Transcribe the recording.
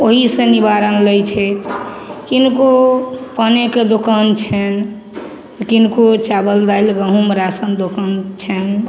ओहिसे निवारण लै छै किनको पानेके दोकान छनि तऽ किनको चावल दालि गहूम राशन दोकान छनि